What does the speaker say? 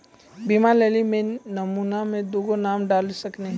बीमा लेवे मे नॉमिनी मे दुगो नाम डाल सकनी?